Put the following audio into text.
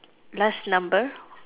last number